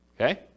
Okay